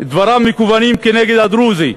דבריו מכוונים כנגד הדרוזי,